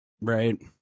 right